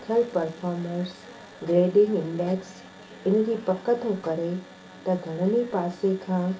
कई performance grading index इन जी पक थो करे त घणनि ई पासे खां